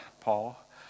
Paul